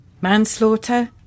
Manslaughter